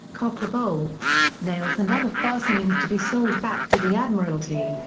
copper bolts, nails and other fastenings to be sold back to the admiralty.